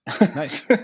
Nice